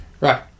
Right